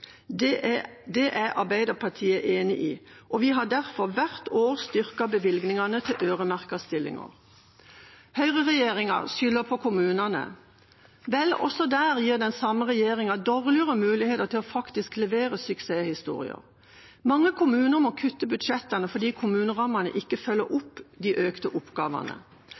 Det er Arbeiderpartiet enig i, og vi har derfor hvert år styrket bevilgningene til øremerkede stillinger. Høyreregjeringa skylder på kommunene. Vel, også der gir den samme regjeringa dårligere muligheter til faktisk å levere suksesshistorier. Mange kommuner må kutte budsjettene fordi kommunerammene ikke følger opp de økte oppgavene.